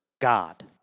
God